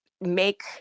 make